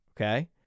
okay